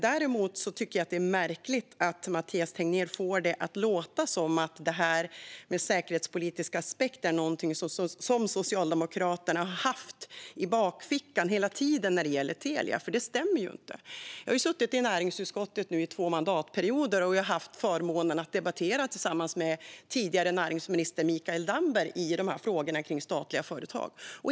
Däremot tycker jag att det är märkligt att Mathias Tegnér får det att låta som att detta med säkerhetspolitiska aspekter är någonting som Socialdemokraterna har haft i bakfickan hela tiden när det gäller Telia, för det stämmer inte. Jag har nu suttit i näringsutskottet i två mandatperioder. Jag har haft förmånen att debattera med tidigare näringsminister Mikael Damberg i frågorna om statliga företag.